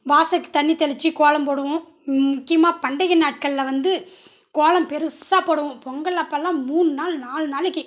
வாசலுக்குத் தண்ணி தெளித்து கோலம் போடுவோம் முக்கியமாக பண்டிகை நாட்களில் வந்து கோலம் பெருசாக போடுவோம் பொங்கல் அப்போலாம் மூணு நாள் நாலு நாளைக்கு